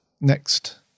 next